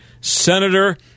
senator